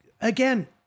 again